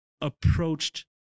approached